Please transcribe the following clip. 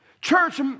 church